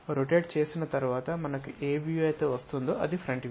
rotate చేసిన తరువాత మనకు ఏ వ్యూ అయితే వస్తుందో అది ఫ్రంట్ వ్యూ